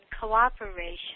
cooperation